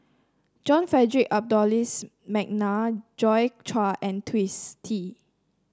John Frederick Adolphus McNair Joi Chua and Twisstii